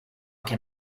can